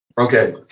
Okay